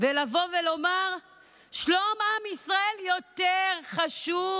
ולבוא ולומר ששלום עם ישראל יותר חשוב.